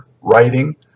writing